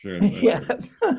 Yes